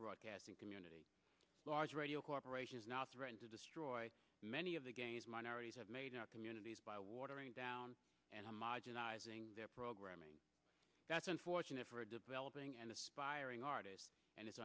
broadcasting community large radio corporations now threaten to destroy many of the gains minorities have made in our communities by watering down and marginalizing their programming that's unfortunate for a developing and aspiring artists and it's